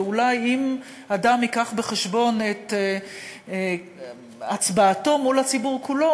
ואולי אם אדם יביא בחשבון את הצבעתו מול הציבור כולו,